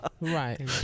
Right